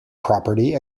property